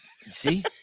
see